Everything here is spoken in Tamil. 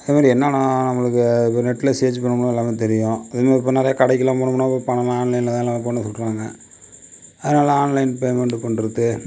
அந்தமாரி என்னானா நம்மளுக்கு நெட்டில் சர்ச் பண்ணுபோது எல்லாம் தெரியும் அதுமாரி இப்போ நிறையா கடைக்கெல்லாம் போனோம் முன்னா இப்போ பணமாக ஆன்லைனில் தான் எல்லாம் சொல்கிறாங்க அதனால ஆன்லைன் பேமெண்ட்டு பண்ணுறது